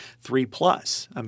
three-plus